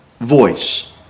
voice